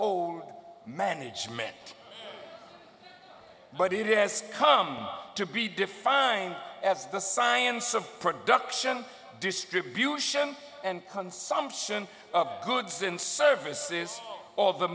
household management but it has come to be defined as the science of production distribution and consumption of goods and services